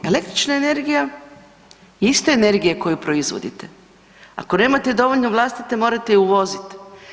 Električna energija je isto energija koju proizvodite, ako nemate dovoljno vlastite morate ju uvozit.